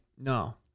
No